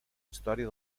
història